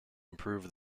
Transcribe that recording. improve